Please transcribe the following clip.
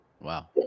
wow